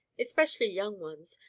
especially young ones,